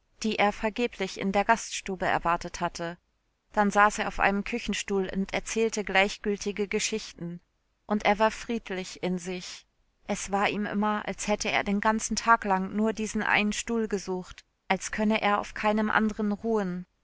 die er vergeblich in der gaststube erwartet hatte dann saß er auf einem küchenstuhl und erzählte gleichgültige geschichten und er war friedlich in sich es war ihm immer als hätte er den ganzen tag lang nur diesen einen stuhl gesucht als könne er auf keinem anderen ruhen